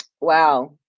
wow